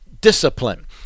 discipline